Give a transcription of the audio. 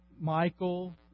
Michael